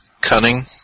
cunning